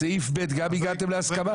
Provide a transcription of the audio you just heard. לסעיף (ב) גם הגעתם להסכמה?